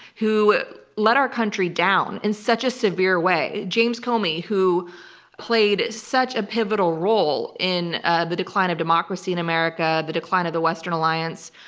who let our country down in such a severe way, james comey, who played such a pivotal role in ah the decline of democracy in america, the decline of the western alliance,